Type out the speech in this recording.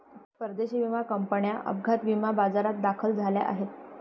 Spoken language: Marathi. परदेशी विमा कंपन्या अपघात विमा बाजारात दाखल झाल्या आहेत